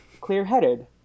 clear-headed